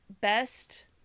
best